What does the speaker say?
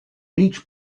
each